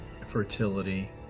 fertility